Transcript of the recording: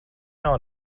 nav